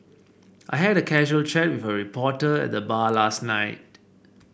I had a casual chat with a reporter at the bar last night